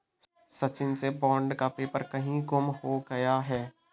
सचिन से बॉन्ड का पेपर कहीं गुम हो गया है